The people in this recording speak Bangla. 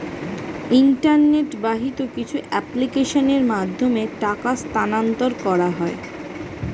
ইন্টারনেট বাহিত কিছু অ্যাপ্লিকেশনের মাধ্যমে টাকা স্থানান্তর করা হয়